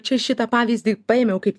čia šitą pavyzdį paėmiau kai